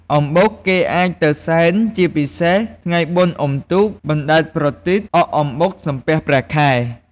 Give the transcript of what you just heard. អំបុកគេអាចទៅសែនជាពិសេសថ្ងៃបុណ្យអំទូកបណ្តែតប្រទីប អក់អំបុក សំពះព្រះខែ ។